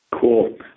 Cool